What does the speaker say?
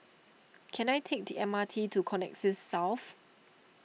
can I take the M R T to Connexis South